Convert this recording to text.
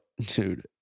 dude